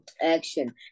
action